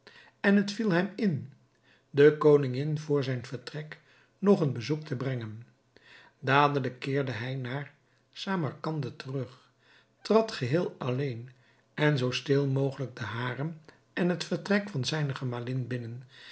en het viel hem in de koningin vr zijn vertrek nog een bezoek te brengen dadelijk keerde hij naar samarcande terug trad geheel alleen en zoo stil mogelijk den harem en het vertrek van zijne gemalin binnen